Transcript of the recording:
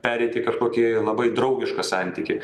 pereit į kažkokį labai draugišką santykį